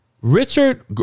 Richard